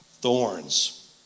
Thorns